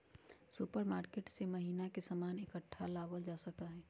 supermarket से महीना के सामान इकट्ठा लावल जा सका हई